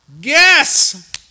guess